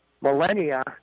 millennia